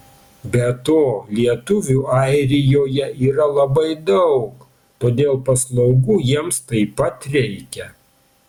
be to lietuvių airijoje yra labai daug todėl paslaugų jiems taip pat reikia